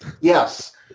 Yes